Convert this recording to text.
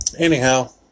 Anyhow